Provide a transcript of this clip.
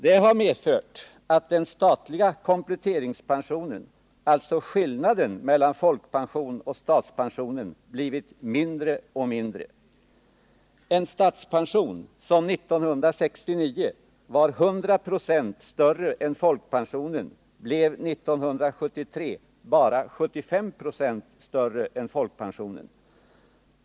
Detta har medfört att den statliga kompletteringspensionen, alltså skillnaden mellan folkpension och statspension, blivit mindre och mindre. En statspension som 1969 var 100 926 större än folkpensionen, blev 1973 bara 75 96 större än folkpensionen.